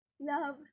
Love